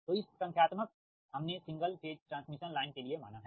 तो इस संख्यात्मक हमने सिंगल फेज ट्रांसमिशन लाइन के लिए माना है